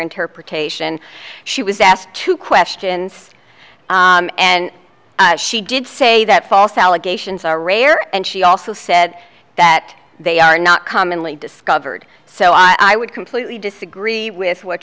interpretation she was asked two questions and she did say that false allegations are rare and she also said that they are not commonly discovered so i would completely disagree with what